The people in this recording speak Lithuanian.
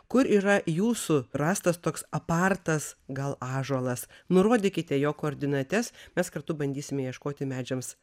kur yra jūsų rastas toks apartas gal ąžuolas nurodykite jo koordinates mes kartu bandysime ieškoti medžiams